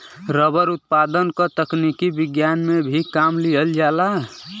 rubber उत्पादन क तकनीक विज्ञान में भी काम लिहल जाला